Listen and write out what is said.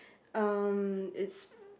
um it's